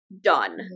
done